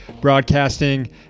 broadcasting